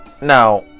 Now